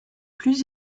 plus